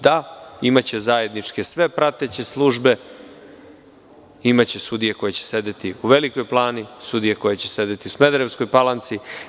Da, imaće zajedničke sve prateće službe, imaće sudije koje će sedeti u Velikoj Plani, sudije koje će sedeti u Smederevskoj Palanci.